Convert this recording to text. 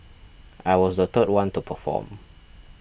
I was the third one to perform